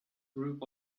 group